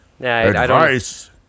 Advice